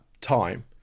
time